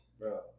bro